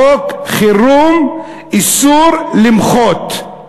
חוק חירום איסור למחות.